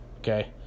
Okay